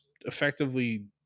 effectively